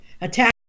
Attack